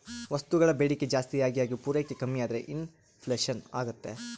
ವಸ್ತುಗಳ ಬೇಡಿಕೆ ಜಾಸ್ತಿಯಾಗಿ ಹಾಗು ಪೂರೈಕೆ ಕಮ್ಮಿಯಾದ್ರೆ ಇನ್ ಫ್ಲೇಷನ್ ಅಗ್ತೈತೆ